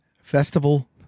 festival